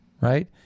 Right